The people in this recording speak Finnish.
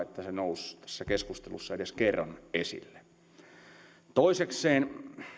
että se nousi tässä keskustelussa edes kerran esille toisekseen